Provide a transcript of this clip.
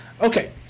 Okay